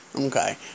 Okay